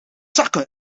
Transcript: zakken